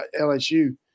LSU